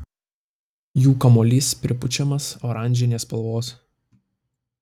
jų kamuolys pripučiamas oranžinės spalvos